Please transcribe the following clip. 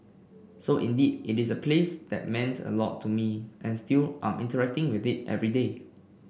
so indeed it is a place that meant a lot to me and still I'm interacting with it every day